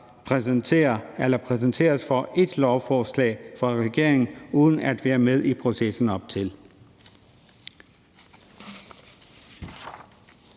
præsenteret for ét lovforslag fra regeringen, uden at vi er med i processen op til.